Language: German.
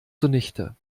zunichte